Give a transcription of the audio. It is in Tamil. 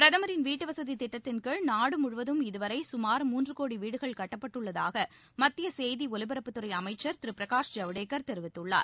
பிரதமின் வீட்டு வசதி திட்டத்தின் கீழ் நாடு முழுவதும் இதுவரை சுமார் மூன்று கோடி வீடுகள் கட்டப்பட்டுள்ளதாக மத்திய செய்தி ஒலிபரப்புத்துறை அமைச்சர் திரு பிரகாஷ் ஜவடேகர் தெரிவித்துள்ளார்